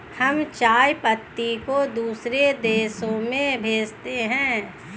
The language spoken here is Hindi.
हम चाय पत्ती को दूसरे देशों में भेजते हैं